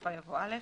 בסופה יבוא "א".